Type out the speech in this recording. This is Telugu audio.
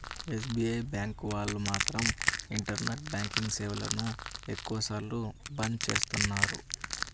ఎస్.బీ.ఐ బ్యాంకు వాళ్ళు మాత్రం ఇంటర్నెట్ బ్యాంకింగ్ సేవలను ఎక్కువ సార్లు బంద్ చేస్తున్నారు